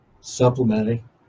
supplementing